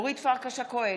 אורית פרקש הכהן,